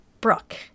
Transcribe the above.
Brooke